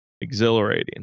exhilarating